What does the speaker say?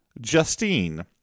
justine